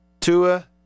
Tua